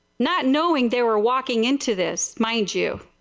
not knowing there were walking into this. mind you.